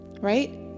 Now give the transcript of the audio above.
right